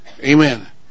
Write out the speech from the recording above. Amen